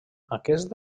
aquest